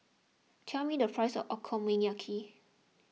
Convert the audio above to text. tell me the price of Okonomiyaki